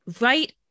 right